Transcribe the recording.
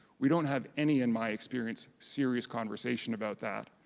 we don't have any, in my experience, serious conversation about that,